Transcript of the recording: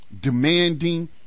demanding